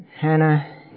Hannah